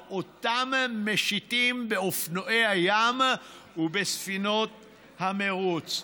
על אותם משיטים באופנועי הים ובספינות המרוץ.